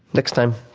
next time,